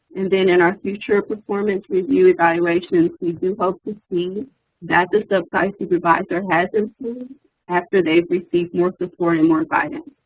and then in our future performance review evaluation, we do hope to see that the sub-site supervisor has improved after they've received more support and more guidance.